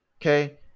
Okay